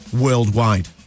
worldwide